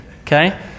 okay